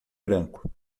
branco